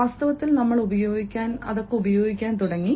വാസ്തവത്തിൽ നമ്മൾ ഉപയോഗിക്കാൻ തുടങ്ങി